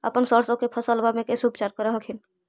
अपन सरसो के फसल्बा मे कैसे उपचार कर हखिन?